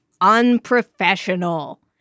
unprofessional